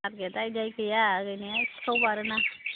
तारगेटआ बिदिहाय गैया गैनाया सिखाव बारो ना